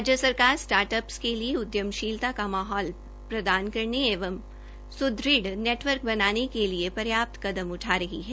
राज्य सरकार startup के लिए उद्यमशीलता का माहौल प्रदान करने एवं सुदृढ नेटवर्क बनाने के लिए प्रयाप्त कमद उठा रही है